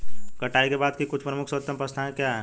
कटाई के बाद की कुछ प्रमुख सर्वोत्तम प्रथाएं क्या हैं?